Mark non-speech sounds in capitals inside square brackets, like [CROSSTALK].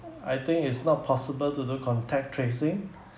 [NOISE] I think it's not possible to do contact tracing